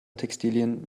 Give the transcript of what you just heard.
textilien